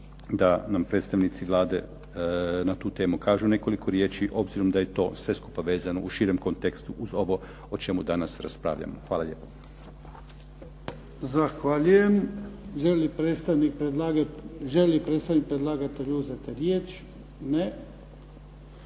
da nam predstavnici Vlade na tu temu kažu nekoliko riječi, obzirom da je to sve skupa vezano u širem kontekstu uz ovo o čemu danas raspravljamo. Hvala lijepo. **Jarnjak, Ivan (HDZ)** Zahvaljujem. Želi li predstavnik predlagatelja uzeti riječ? Ne.